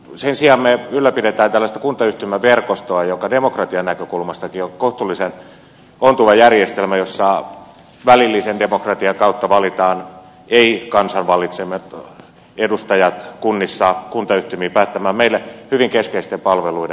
sen sijaan me ylläpidämme tällaista kuntayhtymäverkostoa joka demokratian näkökulmastakin on kohtuullisen ontuva järjestelmä jossa välillisen demokratian kautta valitaan ei kansan valitsemat edustajat kunnissa kuntayhtymiin päättämään meille hyvin keskeisten palveluiden järjestämisestä